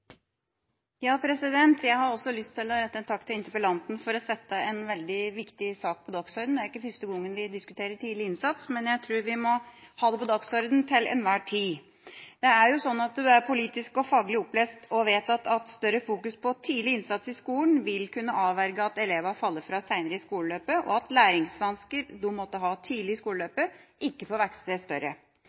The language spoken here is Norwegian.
til interpellanten for å sette en veldig viktig sak på dagsordenen. Det er ikke første gang vi diskuterer tidlig innsats, men jeg tror vi må ha det på dagsordenen til enhver tid. Det er politisk og faglig opplest og vedtatt at større fokus på tidlig innsats i skolen vil kunne avverge at elevene faller fra seinere i skoleløpet, og at læringsvansker de måtte ha tidlig i skoleløpet, ikke får vokse seg større.